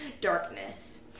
darkness